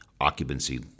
occupancy